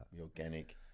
organic